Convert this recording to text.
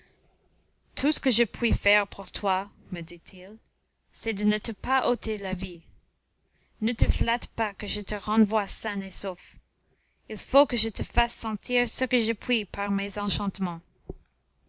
tout ce que je puis faire pour toi me dit-il c'est de ne te pas ôter la vie ne te flatte pas que je te renvoie sain et sauf il faut que je te fasse sentir ce que je puis par mes enchantements